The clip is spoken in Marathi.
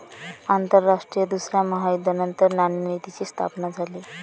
आंतरराष्ट्रीय दुसऱ्या महायुद्धानंतर नाणेनिधीची स्थापना झाली